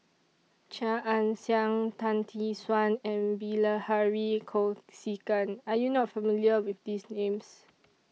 Chia Ann Siang Tan Tee Suan and Bilahari Kausikan Are YOU not familiar with These Names